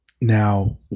Now